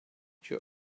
you